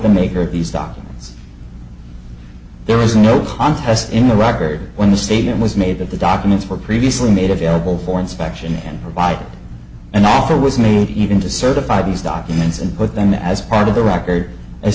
the maker of these documents there is no contest in the record when the statement was made that the documents were previously made available for inspection and provide an offer was made even to certify these documents and put them as part of the record as